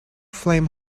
flame